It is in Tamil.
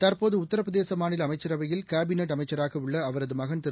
தற்போது உத்தரபிரதேச மாநில அமைச்சரவையில் கேபினெட் அமைச்சராக உள்ள அவரது மகன் திரு